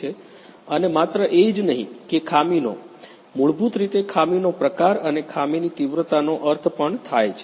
અને માત્ર એ જ નહીં કે ખામીનો મૂળભૂત રીતે ખામીનો પ્રકાર અને ખામીની તીવ્રતાનો અર્થ પણ થાય છે